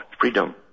freedom